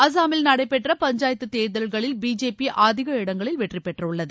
அசாமில் நடைபெற்ற பஞ்சாயத்து தேர்தர்களில் பிஜேபி அதிக இடங்களில் வெற்றி பெற்றுள்ளது